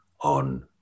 on